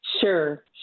sure